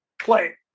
play